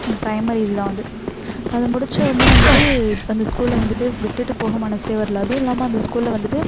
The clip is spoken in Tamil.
ப்ரைமெரி இதுதான் வந்து அது முடிச்சவொடன்னே வந்துட்டு அந்த ஸ்கூலில் வந்துட்டு விட்டுட்டுப் போக மனதே வர்லை அதுவும் இல்லாமல் அந்த ஸ்கூலில் வந்துட்டு